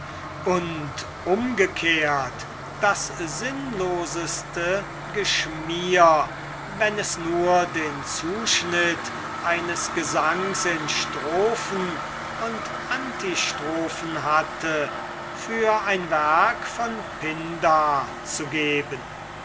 und umgekehrt das sinnloseste geschmier wenn es nur den zuschnitt eines gesangs in strophen und antistrophen hatte für ein werk von pindar zu geben